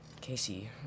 Casey